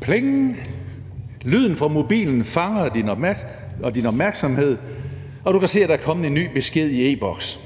»Pling!«. Lyden på mobilen fanger din opmærksomhed, og du kan se, at der er kommet en ny besked i e-Boks.